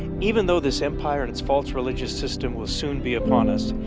even though this empire and its false religious system will soon be upon us,